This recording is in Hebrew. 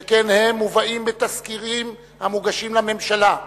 שכן הם מובאים בתזכירים המוגשים לממשלה.